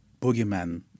boogeyman